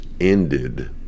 ended